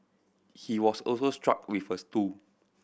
he was also struck with a stool